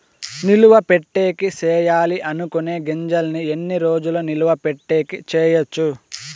నిలువ పెట్టేకి సేయాలి అనుకునే గింజల్ని ఎన్ని రోజులు నిలువ పెట్టేకి చేయొచ్చు